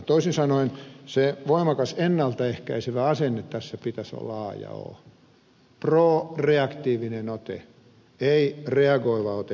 toisin sanoen se voimakas ennalta ehkäisevä asenne tässä pitäisi olla a ja o proaktiivinen ote ei reagoiva ote pelkästään